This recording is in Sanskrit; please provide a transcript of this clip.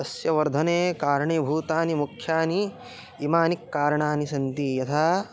तस्य वर्धने कारणीभूतानि मुख्यानि इमानि कारणानि सन्ति यथा